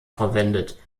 verwendet